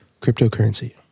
Cryptocurrency